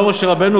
לא משה רבנו,